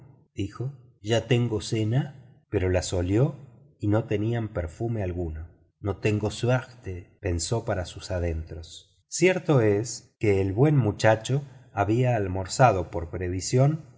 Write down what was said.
dijo ya tengo cena pero las olió y no tenían perfume alguno no tengo suerte pensó para sus adentros cierto es que el buen muchacho había almorzado por previsión